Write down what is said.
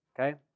Okay